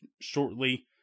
shortly